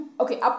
Okay